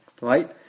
Right